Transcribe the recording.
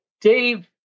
Dave